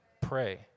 Pray